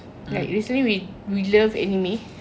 like recently we we love anime